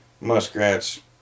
muskrats